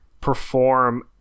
perform